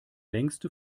längste